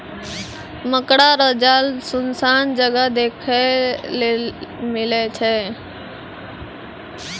मकड़ा रो जाल सुनसान जगह देखै ले मिलै छै